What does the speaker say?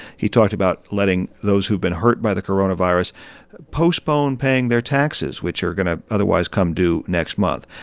he talked about letting those who've been hurt by the coronavirus postpone paying their taxes, which are going to otherwise come due next month.